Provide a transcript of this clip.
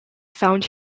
found